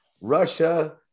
Russia